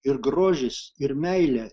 ir grožis ir meilė